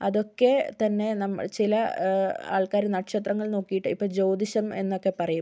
അതൊക്കെ തന്നെ നമ്മൾ ചില ആൾക്കാർ നക്ഷത്രങ്ങൾ നോക്കിയിട്ട് ഇപ്പം ജ്യോതിഷം എന്നൊക്കെ പറയും